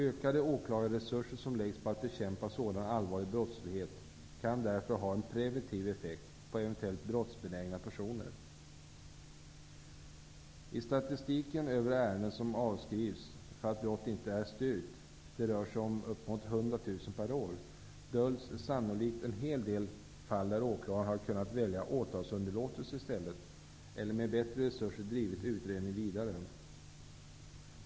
Ökade åklagarresurser som läggs på att bekämpa sådan allvarlig brottslighet kan därför ha en preventiv effekt på eventuellt brottsbenägna personer. I statistiken över ärenden som avskrivs för att brott inte är styrkt -- det rör sig om upp emot 100 000 per år -- döljs sannolikt en hel del fall där åklagaren hade kunnat välja åtalsunderlåtelse i stället, eller med bättre resurser hade kunnat driva utredningen vidare.